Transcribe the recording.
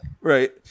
Right